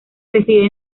reside